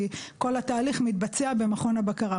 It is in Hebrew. כי כל התהליך מתבצע במכון הבקרה.